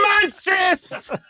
monstrous